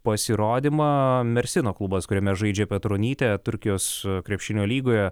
pasirodymą mersino klubas kuriame žaidžia petronytė turkijos krepšinio lygoje